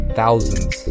thousands